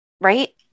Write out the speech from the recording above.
right